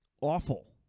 awful